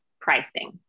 pricing